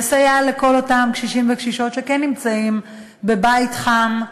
לסייע לכל אותם קשישים וקשישות שכן נמצאים בבית חם,